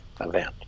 event